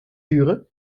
duren